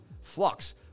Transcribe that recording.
Flux